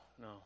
no